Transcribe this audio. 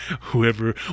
whoever